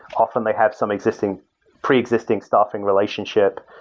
often they have some preexisting preexisting staffing relationship,